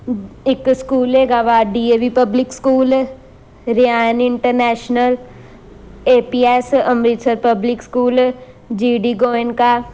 ਇੱਕ ਸਕੂਲ ਹੈਗਾ ਵਾ D A V public school Ryan international A P S Amritsar public school G D Goenka